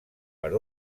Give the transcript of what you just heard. per